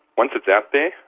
once it's out there,